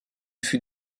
fut